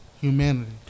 humanity